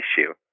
issue